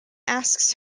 asks